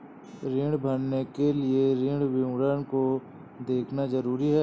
ऋण भरने के लिए ऋण विवरण को देखना ज़रूरी है